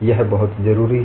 यह बहुत ज़रूरी है